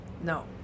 no